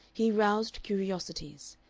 he roused curiosities.